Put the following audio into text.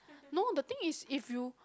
no the thing is if you